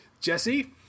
Jesse